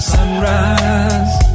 Sunrise